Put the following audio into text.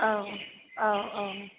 औ औ औ